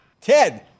Ted